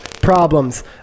Problems